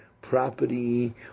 property